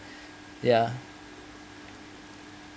ya